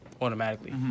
automatically